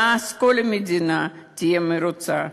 ואז כל המדינה תהיה מרוצה.